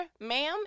Ma'am